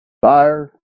Fire